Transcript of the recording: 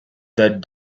that